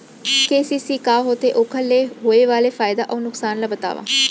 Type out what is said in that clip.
KCC का होथे, ओखर ले होय वाले फायदा अऊ नुकसान ला बतावव?